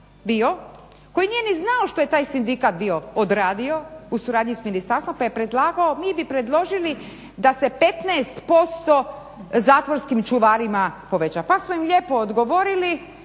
bio koji nije ni znao što je taj sindikat bio odradio u suradnji sa ministarstvom pa je predlagao, mi bi predložili da se 15% zatvorskim čuvarima poveća. Pa smo im lijepo odgovorili